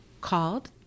called